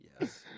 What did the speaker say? Yes